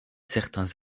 certains